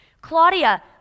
Claudia